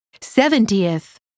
Seventieth